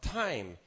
time